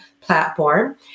platform